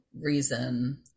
reason